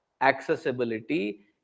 accessibility